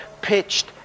pitched